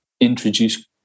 introduce